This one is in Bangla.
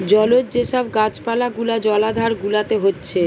জলজ যে সব গাছ পালা গুলা জলাধার গুলাতে হচ্ছে